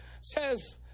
says